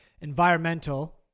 environmental